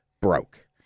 broke